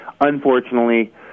Unfortunately